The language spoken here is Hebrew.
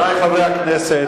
חברי הכנסת,